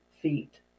feet